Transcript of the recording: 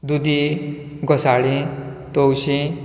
दुदी घोसाळीं तवशीं